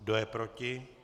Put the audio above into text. Kdo je proti?